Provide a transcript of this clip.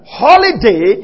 holiday